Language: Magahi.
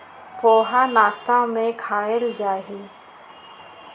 पोहा नाश्ता में खायल जाहई